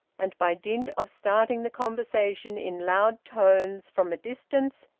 and by dint of starting the conversation in loud tones from a distance,